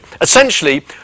Essentially